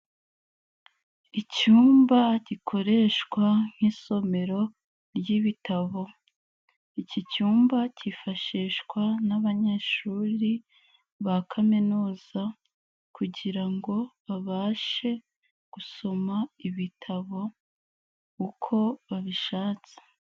Icyumba gikoreshwa nk'isomero, ry'ibitabo. Iki cyumba cyifashishwa n'abanyeshuri, ba kaminuza, kugirango, babashe, gusoma ibitabo, uko babishatse.